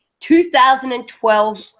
2012